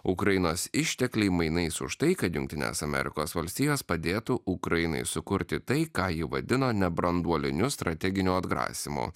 ukrainos ištekliai mainais už tai kad jungtinės amerikos valstijos padėtų ukrainai sukurti tai ką ji vadino nebranduoliniu strateginiu atgrasymu